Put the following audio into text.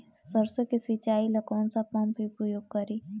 सरसो के सिंचाई ला कौन सा पंप उपयोग करी?